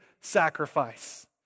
sacrifice